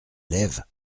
lèves